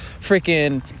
freaking